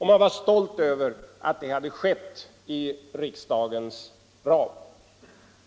Man var stolt över att det hade skett inom riksdagens ram.